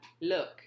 Look